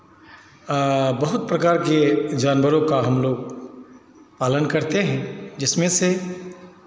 बहुत प्रकार के जानवरों का हम लोग पालन करते हैं जिसमें से